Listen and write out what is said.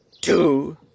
two